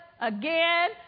again